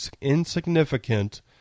insignificant